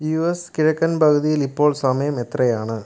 U S കിഴക്കൻ പകുതിയിൽ ഇപ്പോൾ സമയം എത്രയാണ്